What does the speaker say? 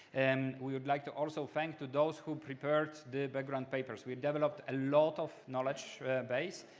and we would like to also thank to those who prepared the background papers. we developed a lot of knowledge base.